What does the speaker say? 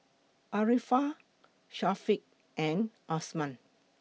Arifa Syafiqah and Osman